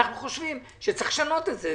אנחנו חושבים שצריך לשנות את זה,